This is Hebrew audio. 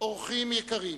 אורחים יקרים,